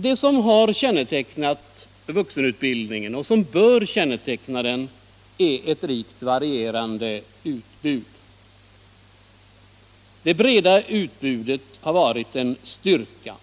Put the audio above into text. Det som har kännetecknat vuxenutbildningen — och som bör känneteckna den — är ett rikt varierande utbud. Det breda utbudet har varit en styrka.